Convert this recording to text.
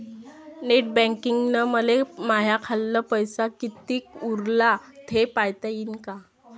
Net बँकिंगनं मले माह्या खाल्ल पैसा कितीक उरला थे पायता यीन काय?